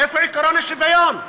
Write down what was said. איפה עקרון השוויון?